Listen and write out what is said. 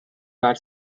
car